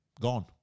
Gone